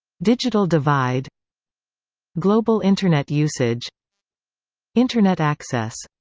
digital divide global internet usage internet access